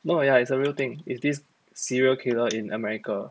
no ya it's a real thing it's this serial killer in america